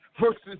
versus